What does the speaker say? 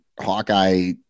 Hawkeye